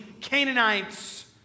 Canaanites